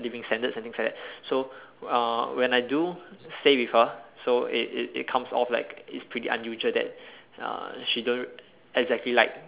living standards and things like that so uh when I do stay with her so it it it comes of like it's pretty unusual that uh she don't exactly like